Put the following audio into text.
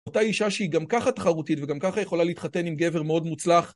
אותה אישה שהיא גם ככה תחרותית וגם ככה יכולה להתחתן עם גבר מאוד מוצלח